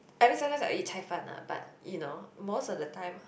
I mean some times I eat 菜饭:Cai-Fan lah but you know most of the time